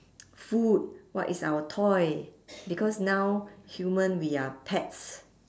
food what is our toy because now human we are pets